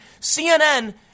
CNN